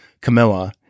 Camilla